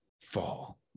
fall